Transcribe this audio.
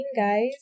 guys